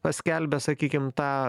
paskelbę sakykim tą